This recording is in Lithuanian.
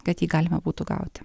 kad jį galima būtų gauti